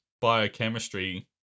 biochemistry